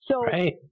Right